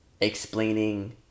explaining